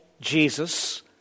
Jesus